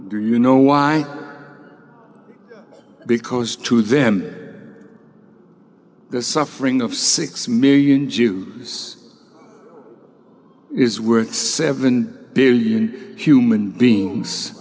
do you know why because to them the suffering of six million jews is worth seven billion human beings